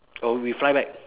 oh we fly back